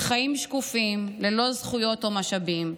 עיר של חיים שקופים ללא זכויות או משאבים,